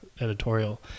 editorial